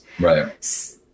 Right